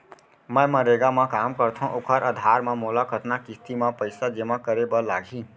मैं मनरेगा म काम करथो, ओखर आधार म मोला कतना किस्ती म पइसा जेमा करे बर लागही?